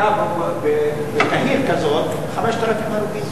בקהיר היו 5,000 הרוגים.